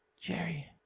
Jerry